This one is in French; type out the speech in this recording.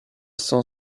cent